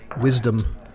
Wisdom